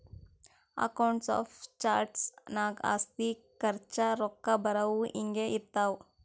accounts of charts ನಾಗ್ ಆಸ್ತಿ, ಖರ್ಚ, ರೊಕ್ಕಾ ಬರವು, ಹಿಂಗೆ ಇರ್ತಾವ್